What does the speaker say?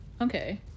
Okay